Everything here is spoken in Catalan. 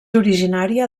originària